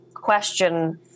question